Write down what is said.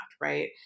Right